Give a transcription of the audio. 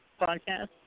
podcast